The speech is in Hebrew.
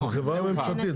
זו חברה ממשלתית,